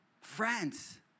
Friends